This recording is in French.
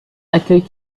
accueil